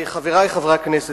חברי חברי הכנסת,